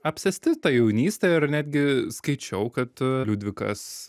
apsėsti ta jaunyste ir netgi skaičiau kad liudvikas